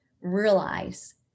realize